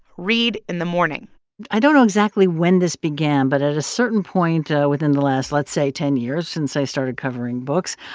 read in the morning i don't know exactly when this began. began. but at a certain point ah within the last, let's say, ten years since i started covering books,